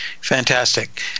Fantastic